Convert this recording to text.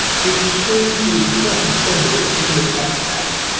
you can choose to use a certain symbol to indicate that,